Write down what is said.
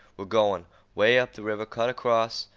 we're goin' way up the river, cut across,